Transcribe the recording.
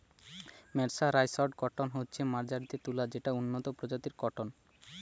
mercerised cotton হচ্ছে মার্জারিত তুলো যেটা উন্নত প্রজাতির কট্টন